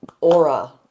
aura